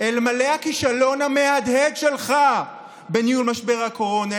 אלמלא הכישלון המהדהד שלך בניהול משבר הקורונה,